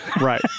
right